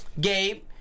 Gabe